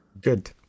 Good